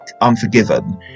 Unforgiven